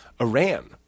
Iran